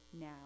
now